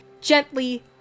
gently